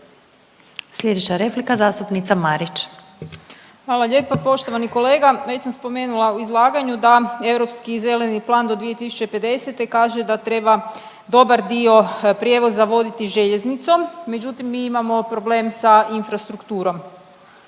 Sljedeća replika, zastupnica Marić. **Marić, Andreja (SDP)** Hvala lijepo. Poštovani kolega, već sam spomenula u izlaganju da Europski zeleni plan do 2050. kaže da treba dobar dio prijevoza voditi željeznicom, međutim, mi imamo problem sa infrastrukturom.